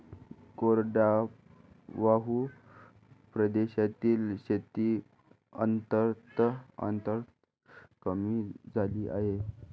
कोरडवाहू प्रदेशातील शेती अत्यंत कमी झाली आहे